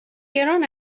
گران